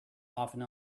often